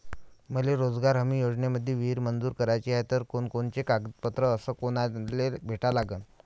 मले रोजगार हमी योजनेमंदी विहीर मंजूर कराची हाये त कोनकोनते कागदपत्र अस कोनाले भेटा लागन?